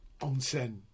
Onsen